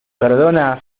perdona